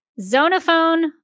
zonophone